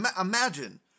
Imagine